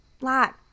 lot